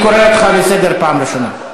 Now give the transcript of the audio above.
אני קורא אותך לסדר פעם ראשונה.